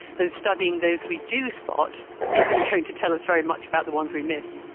then studying those we do spot isn't going to tell us very much about the ones we miss.